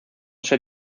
ser